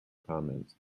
comments